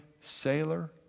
sailor